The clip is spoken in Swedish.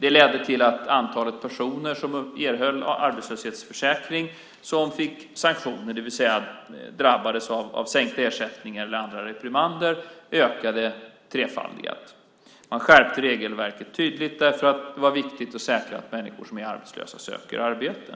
Det ledde till att antalet personer som erhöll arbetslöshetsersättning och som fick sanktioner, det vill säga drabbades av sänkt ersättning eller andra reprimander, ökade trefaldigt. Man skärpte regelverket tydligt därför att det var viktigt att säkra att människor som är arbetslösa söker arbete.